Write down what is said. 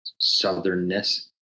southernness